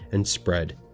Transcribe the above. and spread.